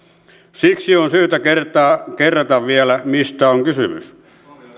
siksi on syytä kerrata vielä mistä on kysymys